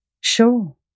Sure